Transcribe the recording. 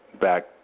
back